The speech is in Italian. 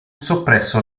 soppresso